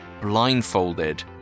blindfolded